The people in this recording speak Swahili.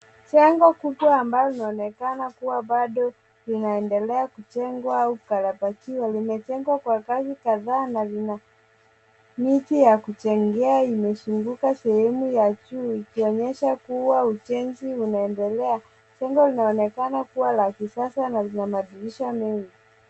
Jengo kubwa ambalo linaonekana kuwa bado linaendelea kujengwa au kukarabatiwa limejengwa kwa ngazi kadhaa na lina miti ya kujengea imezunguka sehemu ya juu ikionyesha kuwa ujenzi unaendelea. Jengo linaonekana kuwa la kisasa na lina madirisha mengi.